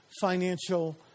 financial